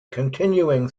continuing